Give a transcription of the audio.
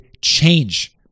change